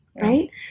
Right